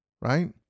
right